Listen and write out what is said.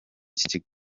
kigo